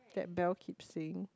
that Bel keep saying